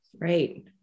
Right